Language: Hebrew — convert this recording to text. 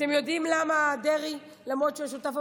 אתם יודעים למה דרעי, למרות שהוא שותף?